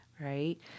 right